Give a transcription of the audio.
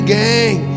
gang